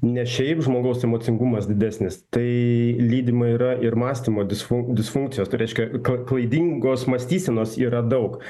ne šiaip žmogaus emocingumas didesnis tai lydima yra ir mąstymo disfu disfunkcijos tai reiškia kl klaidingos mąstysenos yra daug